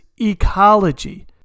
ecology